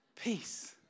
Peace